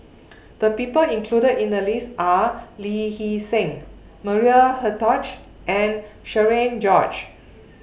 The People included in The list Are Lee Hee Seng Maria Hertogh and Cherian George